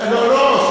לא,